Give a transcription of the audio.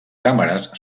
càmeres